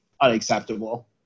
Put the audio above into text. unacceptable